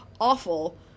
awful